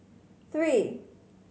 three